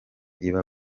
iba